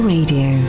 Radio